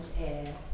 air